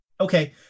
Okay